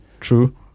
True